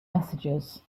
messages